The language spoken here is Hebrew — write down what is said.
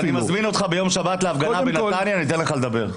אני מזמין אותך להפגנה בשבת בנתניה, ניתן לך לדבר.